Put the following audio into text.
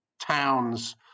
towns